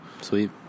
sweet